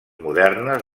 modernes